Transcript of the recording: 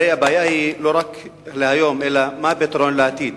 הרי הבעיה היא לא רק להיום, אלא מה הפתרון לעתיד.